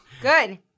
Good